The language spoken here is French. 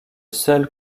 seul